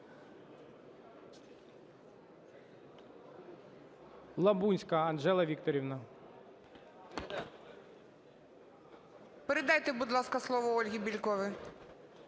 Передайте, будь ласка слово Ользі Бєльковій.